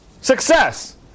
success